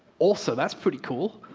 also, that's pretty cool.